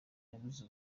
yabuze